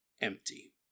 empty